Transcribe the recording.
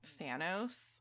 Thanos